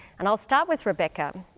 and will start with rebecca.